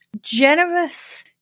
generous